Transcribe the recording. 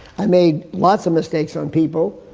i made lots of mistakes on people.